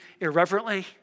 irreverently